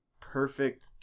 perfect